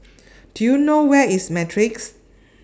Do YOU know Where IS Matrix